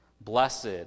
Blessed